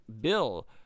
bill